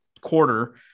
quarter